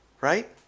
right